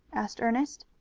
asked ernest.